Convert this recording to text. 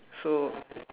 so